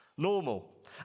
normal